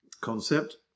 concept